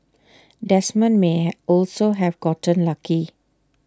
Desmond may also have gotten lucky